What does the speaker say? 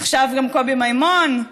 עכשיו גם קובי מימון,